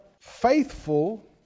faithful